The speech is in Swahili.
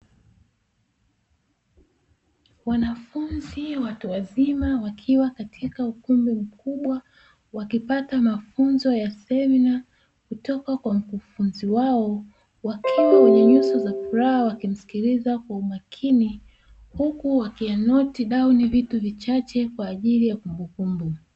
Wanafunzi watu wazima wakiwa katika ukumbi mkubwa wakipata mafunzo ya semina kutoka kwa mkufunzi wao, wakiwa wenye nyuso za furaha wakimsikiliza kwa umakini huku wakiya noti dauni vitu vichache kwa ajili ya kumbukumbu.